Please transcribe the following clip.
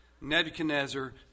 Nebuchadnezzar